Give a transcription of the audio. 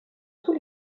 tous